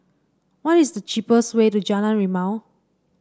what is the cheapest way to Jalan Rimau